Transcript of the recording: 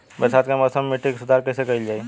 बरसात के मौसम में मिट्टी के सुधार कईसे कईल जाई?